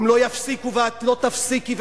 הם לא יפסיקו ואת לא תפסיקי,